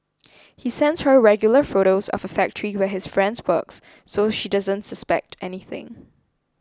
he sends her regular photos of a factory where his friend works so she doesn't suspect anything